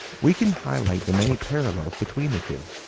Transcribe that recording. we can highlight the many parallels between the two.